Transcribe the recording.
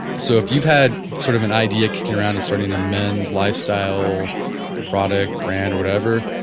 so if you've had sort of an idea kicking around and starting a men's lifestyle product, brand or whatever,